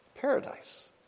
paradise